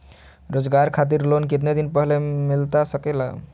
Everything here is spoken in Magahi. रोजगार खातिर लोन कितने दिन पहले मिलता सके ला?